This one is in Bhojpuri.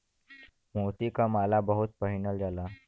मोती क माला बहुत पहिनल जाला